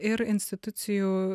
ir institucijų